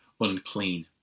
unclean